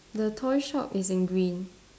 the toy shop is in green